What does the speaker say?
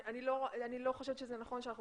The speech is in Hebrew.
אני לא חושבת שזה נכון שאנחנו